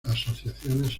asociaciones